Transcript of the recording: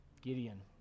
Gideon